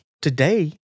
today